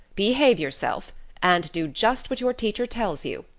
behave yourself and do just what your teacher tells you.